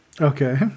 okay